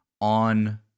on